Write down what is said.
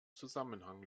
zusammenhang